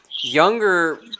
younger